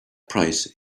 price